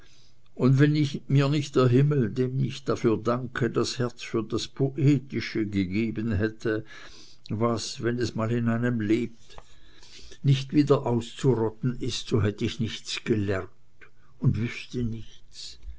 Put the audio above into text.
und wenn mir nicht der himmel dem ich dafür danke das herz für das poetische gegeben hätte was wenn es mal in einem lebt nicht wieder auszurotten ist so hätte ich nichts gelernt und wüßte nichts